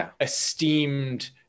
esteemed